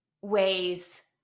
ways